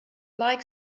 like